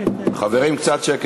חברים, קצת שקט.